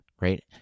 right